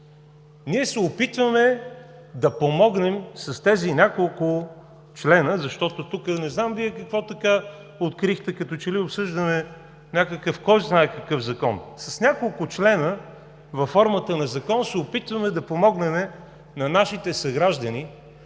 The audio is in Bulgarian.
Ние се опитваме да помогнем с тези няколко члена, защото тук не знам Вие какво открихте, като че ли обсъждаме някакъв кой знае какъв закон. С няколко члена във формата на закон се опитваме да помогнем на нашите съграждани